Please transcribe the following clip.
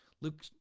Luke